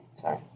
Sorry